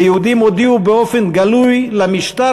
ויהודים הודיעו באופן גלוי למשטר